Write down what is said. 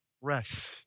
rest